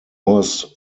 was